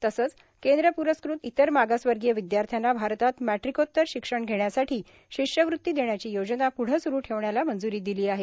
तसंच केद्र पुरस्कृत इतर मागासवर्गिय विद्यार्थ्यांना भारतात मॅट्रिकोत्तर शिक्षण घेण्यासाठी शिष्यवृत्ती देण्याची योजना पुढं सुरू ठेवण्याला मंजुरी दिली आहे